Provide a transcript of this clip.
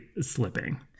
slipping